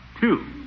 two